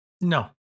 No